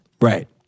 Right